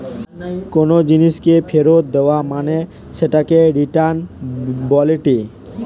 কোনো জিনিসকে ফেরত দেয়া মানে সেটাকে রিটার্ন বলেটে